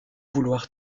vouloir